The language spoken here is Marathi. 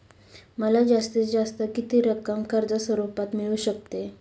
मला जास्तीत जास्त किती रक्कम कर्ज स्वरूपात मिळू शकते?